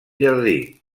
jardí